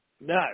No